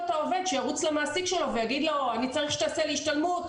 העובד שירוץ למעסיק שלו ויגיד לו: אני צריך שתעשה לי השתלמות,